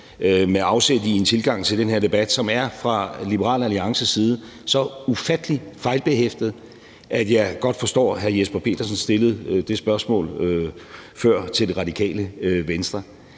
med afsæt i en tilgang til den her debat fra Liberal Alliances side, som er så ufattelig fejlbehæftet, at jeg godt forstår, at hr. Jesper Petersen før stillede det spørgsmål til Radikale Venstre.